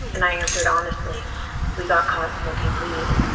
and i answered honestly we got caught smoking weed.